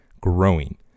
growing